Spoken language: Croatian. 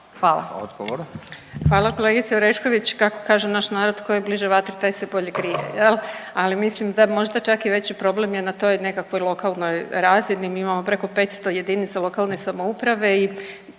suverenisti)** Hvala kolegice Orešković. Kako kaže naš narod, tko je bliže vatri taj se bolje grije jel, ali mislim da možda čak i veći problem je na toj nekakvoj lokalnoj razini. Mi imamo preko 500 jedinica lokalne samouprave i